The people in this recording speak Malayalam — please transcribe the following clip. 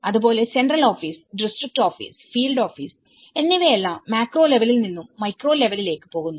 അതുപോലെ central office district office field office എന്നിവയെല്ലാം മാക്രോ ലെവലിൽ നിന്നും മൈക്രോ ലെവലിലേക്ക് പോകുന്നു